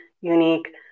unique